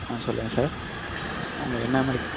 ஆ சொல்லுங்கள் சார் உங்களுக்கு என்ன மாதிரி